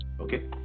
Okay